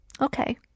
Okay